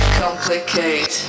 complicate